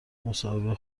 مصاحبه